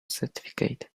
certificate